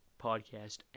podcast